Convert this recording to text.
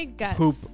poop